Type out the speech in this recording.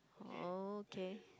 oh K